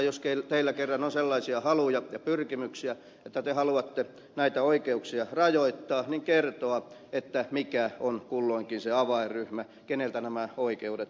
jos teillä kerran on sellaisia haluja ja pyrkimyksiä että te haluatte näitä oikeuksia rajoittaa eikö olisi reilua kertoa mikä on kulloinkin se avainryhmä jolta nämä oikeudet viedään